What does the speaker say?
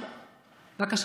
משרד הבריאות.